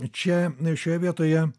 čia šioje vietoje